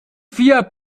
vier